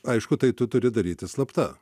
aišku tai tu turi daryti slapta